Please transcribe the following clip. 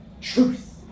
Truth